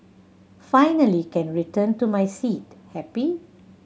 finally can return to my seat happy